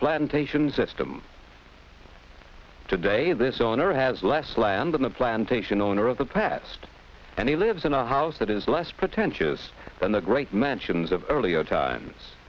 plantations system today this on earth has less land than the plantation owner of the past and he lives in a house that is less pretentious than the great mansions of earlier times